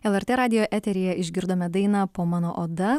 lrt radijo eteryje išgirdome dainą po mano oda